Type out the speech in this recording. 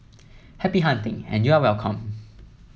happy hunting and you are welcome